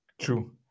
True